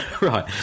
right